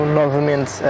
novamente